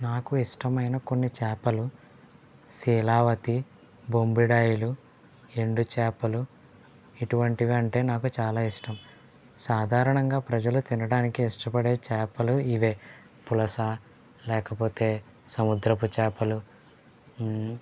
నాకు ఇష్టమైన కొన్ని చేపలు శీలావతి బొమ్మిడాయిలు ఎండు చేపలు ఇటువంటివి అంటే నాకు చాలా ఇష్టం సాధారణంగా ప్రజలు తినడానికి ఇష్టపడే చేపలు ఇవి పులస లేకపోతే సముద్రపు చేపలు